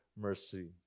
mercy